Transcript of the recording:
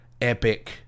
epic